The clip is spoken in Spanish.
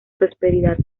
prosperidad